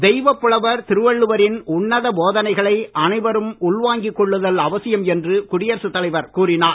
தெய்வப் புலவர் திருவள்ளுவரின் உன்னத போதனைகளை அனைவரும் உள்வாங்கிக் கொள்ளுதல் அவசியம் என்று குடியரசுத் தலைவர் கூறினார்